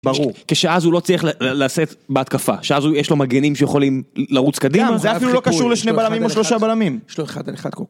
ברור, כשאז הוא לא צריך לשאת בהתקפה, כשאז יש לו מגנים שיכולים לרוץ קדימה גם זה אפילו לא קשור לשני בלמים או שלושה בלמים